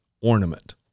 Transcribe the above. ornament